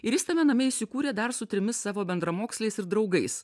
ir jis tame name įsikūrė dar su trimis savo bendramoksliais ir draugais